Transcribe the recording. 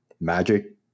magic